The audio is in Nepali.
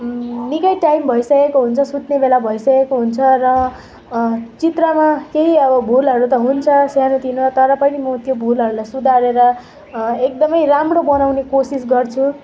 निकै टाइम भइसकेको हुन्छ सुत्ने बेला भइसकेको हुन्छ र चित्रमा केही अब भुलहरू त हुन्छ सानोतिनो तर पनि म त्यो भुलहरूलाई सुधारेर एकदमै राम्रो बनाउने कोसिस गर्छु